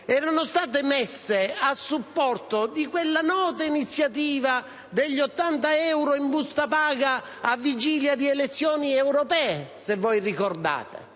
erano state messe a supporto di quella nota iniziativa degli 80 euro in busta paga, alla vigilia delle elezioni europee. Tale iniziativa,